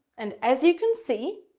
and as you can see,